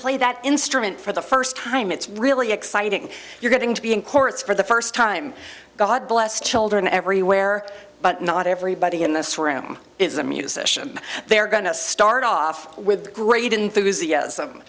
play that instrument for the first time it's really exciting you're going to be in courts for the first time god bless children everywhere but not everybody in this room is a musician they're going to start off with great enthusiasm